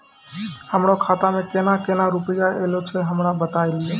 हमरो खाता मे केना केना रुपैया ऐलो छै? हमरा बताय लियै?